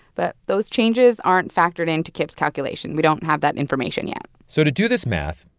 but those changes aren't factored into kip's calculation. we don't have that information yet so, to do this math,